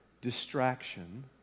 distraction